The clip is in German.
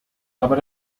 aber